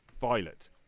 Violet